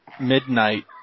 midnight